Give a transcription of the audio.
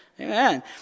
Amen